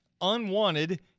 unwanted